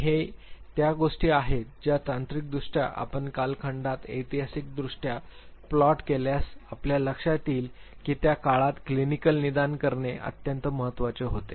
आणि हे त्या गोष्टी आहेत ज्या तांत्रिकदृष्ट्या आपण कालखंडात ऐतिहासिकदृष्ट्या प्लॉट केल्यास आपल्या लक्षात येईल की त्या काळात क्लिनिकल निदान करणे अत्यंत महत्वाचे होते